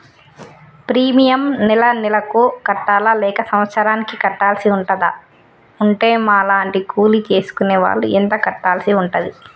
Premium నెల నెలకు కట్టాలా లేక సంవత్సరానికి కట్టాల్సి ఉంటదా? ఉంటే మా లాంటి కూలి చేసుకునే వాళ్లు ఎంత కట్టాల్సి ఉంటది?